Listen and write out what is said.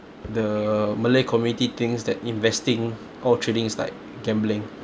the malay community thinks that investing or trading is like gambling